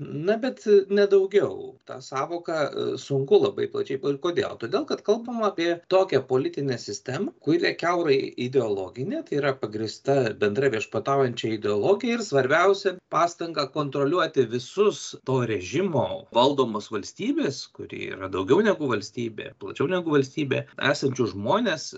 na bet ne daugiau tą sąvoką sunku labai plačiai ir kodėl todėl kad kalbam apie tokią politinę sistemą kuri kiaurai ideologinė tai yra pagrįsta bendra viešpataujančia ideologija ir svarbiausia pastanga kontroliuoti visus to režimo valdomos valstybės kuri yra daugiau negu valstybė plačiau negu valstybė esančius žmones